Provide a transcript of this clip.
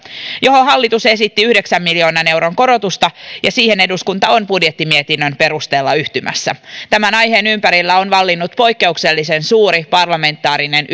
johon hallitus esitti yhdeksän miljoonan euron korotusta ja siihen eduskunta on budjettimietinnön perusteella yhtymässä tämän aiheen ympärillä on vallinnut poikkeuksellisen suuri parlamentaarinen